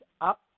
up